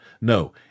No